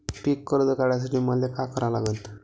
पिक कर्ज काढासाठी मले का करा लागन?